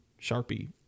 sharpie